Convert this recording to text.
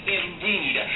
indeed